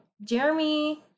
Jeremy